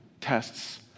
Tests